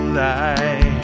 light